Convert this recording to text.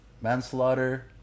Manslaughter